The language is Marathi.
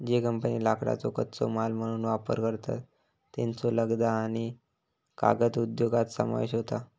ज्ये कंपन्ये लाकडाचो कच्चो माल म्हणून वापर करतत, त्येंचो लगदा आणि कागद उद्योगात समावेश होता